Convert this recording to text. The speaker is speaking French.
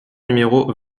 numéro